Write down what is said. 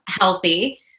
healthy